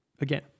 again